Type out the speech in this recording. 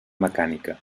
mecànica